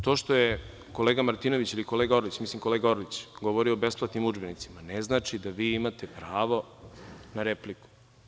To što je kolega Martinović ili kolega Orlić, mislim da je kolega Orlić govorio o besplatnim udžbenicima, ne znači da vi imate pravo na repliku.